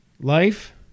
life